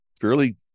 fairly